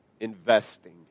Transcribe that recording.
investing